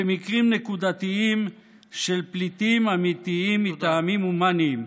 במקרים נקודתיים של פליטים אמיתיים מטעמים הומניים.